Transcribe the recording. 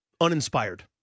Uninspired